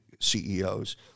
CEOs